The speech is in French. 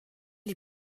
les